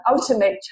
ultimate